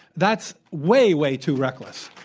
that's way, way too reckless.